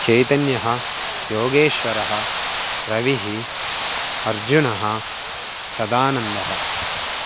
चैतन्यः योगेश्वरः रविः अर्जुनः सदानन्दः